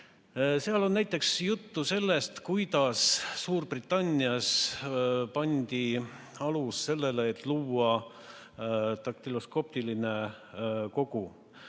Seal on näiteks juttu sellest, kuidas Suurbritannias pandi alus sellele, et luua daktüloskoopiline kogu.